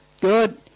Good